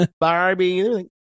Barbie